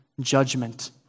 judgment